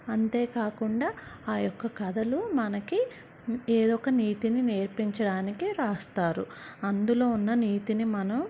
అంతేకాకుండా ఆ యొక్క కథలు మనకి ఏదో ఒక నీతిని నేర్పించడానికి రాస్తారు అందులో ఉన్న నీతిని మనం